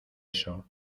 eso